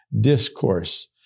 discourse